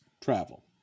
travel